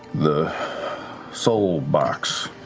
the soul box,